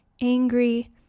Angry